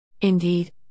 Indeed